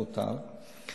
בוטל,